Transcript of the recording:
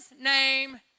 name